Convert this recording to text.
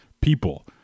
people